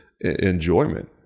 enjoyment